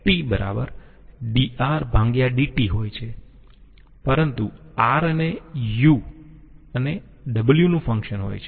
પરંતુ R એ u અને w નું ફંક્શન હોય છે